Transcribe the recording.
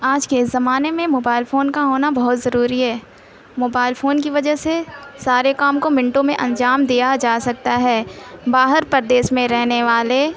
آج کے زمانے میں موبائل فون کا ہونا بہت ضروری ہے موبائل فون کی وجہ سے سارے کام کو منٹوں میں انجام دیا جا سکتا ہے باہر پردیس میں رہنے والے